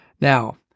Now